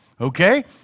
Okay